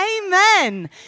Amen